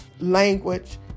language